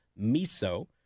Miso